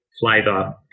flavor